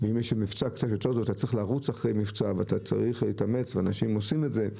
ואם יש מבצע אתה צריך להתאמץ ואנשים עושים את זה,